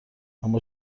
اما